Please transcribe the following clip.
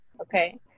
okay